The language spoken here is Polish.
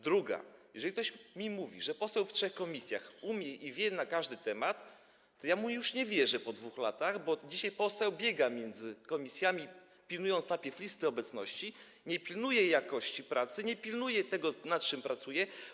Druga - jeżeli ktoś mi mówi, że poseł będący w trzech komisjach umie i wie na każdy temat, to ja mu już nie wierzę po 2 latach, bo dzisiaj poseł biega między komisjami, pilnując najpierw listy obecności - nie pilnuje jakości pracy, nie pilnuje tego, nad czym pracuje.